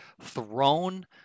thrown